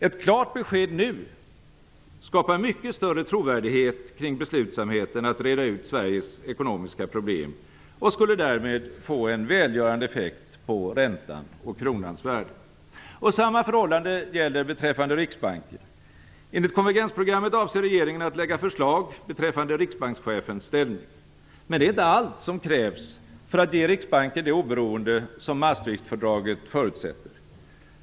Ett klart besked nu skapar mycket större trovärdighet kring beslutsamheten att reda ut Sveriges ekonomiska problem och skulle därmed få en välgörande effekt på räntan och kronans värde. Samma förhållande gäller beträffande Riksbanken. Enligt konvergensprogrammet avser regeringen att lägga förslag beträffande riksbankschefens ställning. Men detta är inte allt som krävs för att ge Riksbanken det oberoende som Maastrichtfördraget förutsätter.